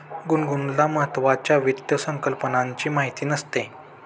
गुनगुनला महत्त्वाच्या वित्त संकल्पनांची माहिती नसते